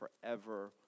forever